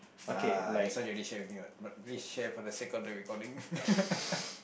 ya this one you already share with me what but please share for the sake of the recording